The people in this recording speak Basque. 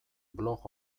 blog